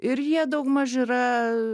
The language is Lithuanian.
ir jie daugmaž yra